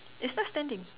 it's not standing